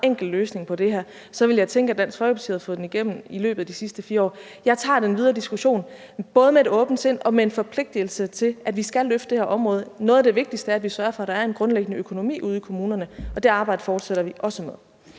enkel løsning på det her, ville jeg tænke, at Dansk Folkeparti havde fået den igennem i løbet af de sidste 4 år. Jeg tager den videre diskussion både med et åbent sind og med en forpligtigelse til, at vi skal løfte det her område. Noget af det vigtigste er, at vi sørger for, at der er en grundlæggende økonomi ude i kommunerne, og det arbejde fortsætter vi også med.